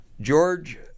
George